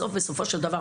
בסופו של דבר,